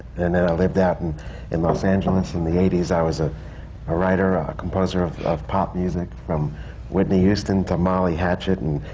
and then i lived out and in los angeles in the eighties. i was ah a writer, a composer of of pop music, from whitney houston to molly hatchett and